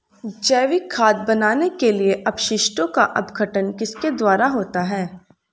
जैविक खाद बनाने के लिए अपशिष्टों का अपघटन किसके द्वारा होता है?